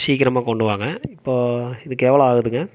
சீக்கிரமாக கொண்டு வாங்க இப்போது இதுக்கு எவ்வளோ ஆகுதுங்க